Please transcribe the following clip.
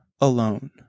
alone